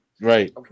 Right